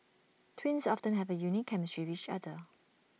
twins often have A unique chemistry with each other